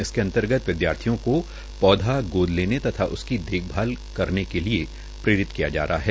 इसके अंतर्गत विदयार्थियों को पौधा गोद लेने तथा उसकी देखभाल करने के लिए प्रेरित किया जा रहा है